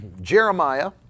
Jeremiah